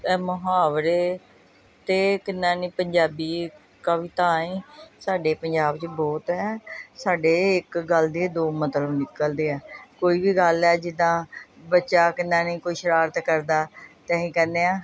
ਮੁਹਾਵਰੇ ਅਤੇ ਕਿੰਨਾ ਨਹੀਂ ਪੰਜਾਬੀ ਕਵਿਤਾਏ ਸਾਡੇ ਪੰਜਾਬ 'ਚ ਬਹੁਤ ਹੈ ਸਾਡੇ ਇੱਕ ਗੱਲ ਦੇ ਦੋ ਮਤਲਬ ਨਿਕਲਦੇ ਆ ਕੋਈ ਵੀ ਗੱਲ ਹੈ ਜਿੱਦਾਂ ਬੱਚਾ ਕਹਿੰਦਾ ਨਹੀਂ ਕੋਈ ਸ਼ਰਾਰਤ ਕਰਦਾ ਤਾਂ ਅਸੀਂ ਕਹਿੰਦੇ ਹਾਂ